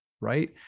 right